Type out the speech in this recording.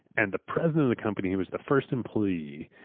and the president of the company who was the first employee,